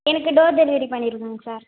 எனக்கு door delivery பண்ணிடுங்கங்க sir